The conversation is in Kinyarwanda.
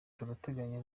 turateganya